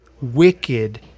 Wicked